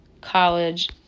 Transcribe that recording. college